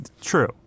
true